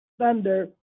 thunder